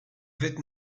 avec